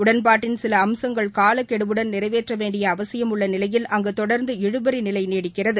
உடன்பாட்டின் சில அம்சங்கள் காலகெடுவுடன் நிறைவேற்ற வேண்டிய அவசியம் உள்ள நிலையில் அங்கு தொடர்ந்து இழுபறி நிலை நீடிக்கிறது